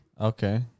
Okay